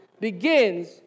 begins